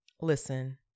listen